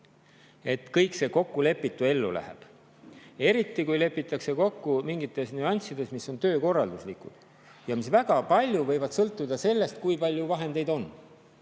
et kõik see kokkulepitu [saab] ellu [viidud], eriti kui lepitakse kokku mingites nüanssides, mis on töökorralduslikud ja mis väga palju võivad sõltuda sellest, kui palju vahendeid on,